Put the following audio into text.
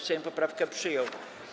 Sejm poprawkę przyjął.